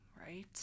Right